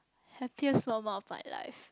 happiest moment of my life